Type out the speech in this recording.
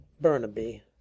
Burnaby